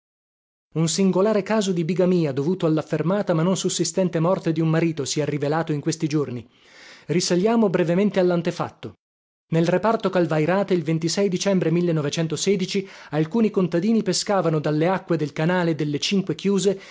un singolare caso di bigamìa dovuto allaffermata ma non sussistente morte di un marito si è rivelato in questi giorni risaliamo brevemente allantefatto nel reparto calvairate il dicembre alcuni contadini pescavano dalle acque del canale delle cinque chiuse